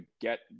get